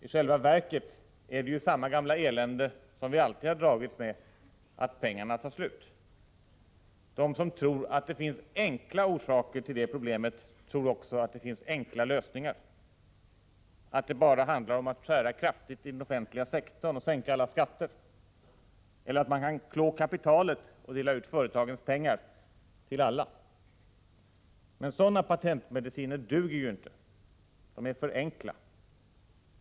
I själva verket är det ju samma gamla elände som vi alltid har dragits med, att pengarna tar slut. De som tror att det finns enkla orsaker till det problemet tror också att det finns enkla lösningar — att det bara handlar om att skära kraftigt i den offentliga sektorn och sänka alla skatter eller att man kan klå kapitalet och dela ut företagens pengar till alla. Men sådana patentmediciner duger inte. De är för enkla.